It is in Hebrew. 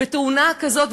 בתאונה כזאת,